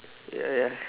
ya ya